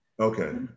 Okay